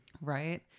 right